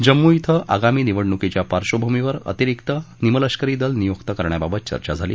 जम्मू थें आगामी निवडणुकीच्या पार्श्वभूमीवर अतिरिक्त निमलष्करी दल नियुक्त करण्याबाबत चर्चा झाली